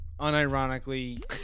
unironically